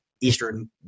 Eastern